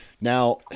Now